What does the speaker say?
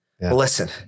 Listen